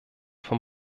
vom